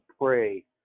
pray